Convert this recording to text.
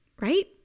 right